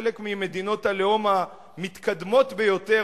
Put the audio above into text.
חלק ממדינות הלאום המתקדמות ביותר,